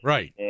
Right